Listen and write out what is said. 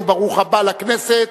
וברוך הבא לכנסת,